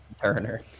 Turner